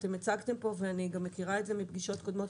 הצגתם פה ואני גם מכירה את זה מפגישות קודמות,